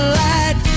light